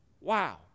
Wow